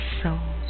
soul